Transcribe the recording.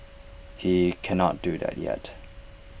he cannot do that yet